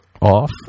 off